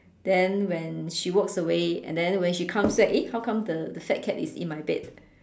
then when she walks away and then when she comes back eh how come the the fat cat is in my bed